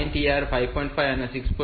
5 અને 6